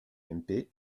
ump